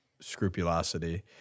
scrupulosity